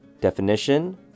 Definition